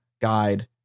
guide